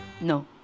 No